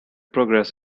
progress